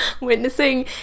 witnessing